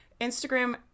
Instagram